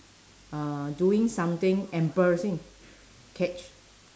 uh doing something embarrassing catch